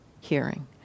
hearing